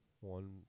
one